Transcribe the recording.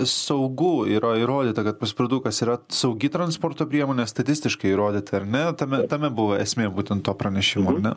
saugu yra įrodyta kad paspirtukas yra saugi transporto priemonė statistiškai įrodyta ar ne tame tame buvo esmė būtent to pranešimo ar ne